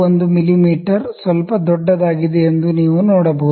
1 ಮಿಮೀ ಸ್ವಲ್ಪ ದೊಡ್ಡದಾಗಿದೆ ಎಂದು ನೀವು ನೋಡಬಹುದು